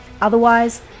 Otherwise